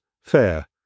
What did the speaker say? fair